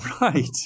right